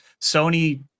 Sony